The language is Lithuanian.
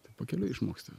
tai pakeliui išmoksti